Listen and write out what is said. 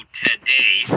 today